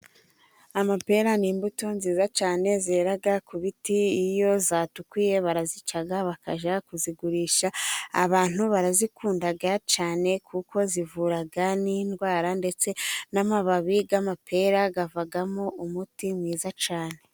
Amapera ni imbuto nziza cyane zerara ku biti. Iyo zatukuye barazica bakajya kuzigurisha . Abantu barazikunda cyane kuko zivura n'indwara, ndetse n'amababi y'amapera avamo umuti mwiza cyane.